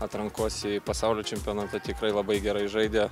atrankos į pasaulio čempionatą tikrai labai gerai žaidė